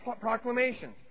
proclamations